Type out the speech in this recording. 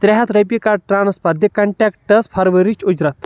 ترٛےٚ ہتھ رۄپیہِ کَر ٹرانسفر دِ کنٹیکٹَس فرؤریِچ اُجرت